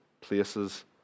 places